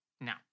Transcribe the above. Now